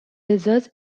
lizards